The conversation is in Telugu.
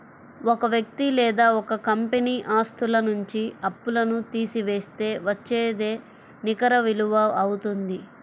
ఒక వ్యక్తి లేదా ఒక కంపెనీ ఆస్తుల నుంచి అప్పులను తీసివేస్తే వచ్చేదే నికర విలువ అవుతుంది